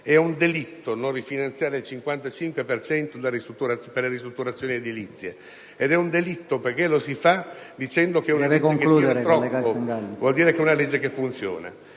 È un delitto non rifinanziare il 55 per cento per le ristrutturazioni edilizie ed è un delitto perché lo si fa dicendo che è una legge che attira troppo; ciò vuol dire che è una legge che funziona.